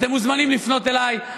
אתם מוזמנים לפנות אליי,